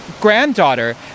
granddaughter